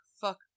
fuck